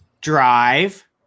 Drive